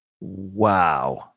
Wow